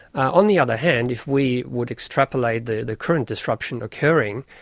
on the other hand, if we would extrapolate the the courage disruption occurring,